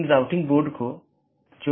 जिसके माध्यम से AS hops लेता है